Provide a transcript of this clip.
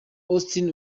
austin